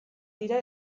dira